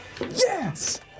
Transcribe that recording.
Yes